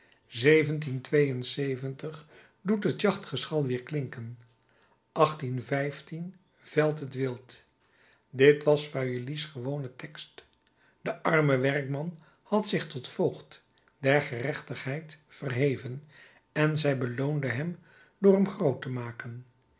doet het jachtgeschal weerklinken veld het wild dit was feuilly's